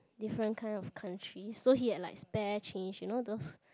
different kind of countries so he had like spare change you know those